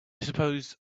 suppose